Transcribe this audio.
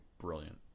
brilliant